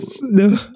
No